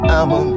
I'ma